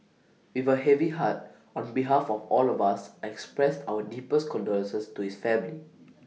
with A heavy heart on behalf of all of us I expressed our deepest condolences to his family